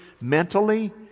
mentally